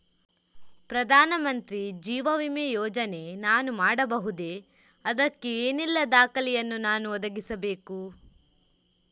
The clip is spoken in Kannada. ಪ್ರಧಾನ ಮಂತ್ರಿ ಜೀವ ವಿಮೆ ಯೋಜನೆ ನಾನು ಮಾಡಬಹುದೇ, ಅದಕ್ಕೆ ಏನೆಲ್ಲ ದಾಖಲೆ ಯನ್ನು ನಾನು ಒದಗಿಸಬೇಕು?